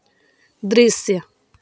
दृश्य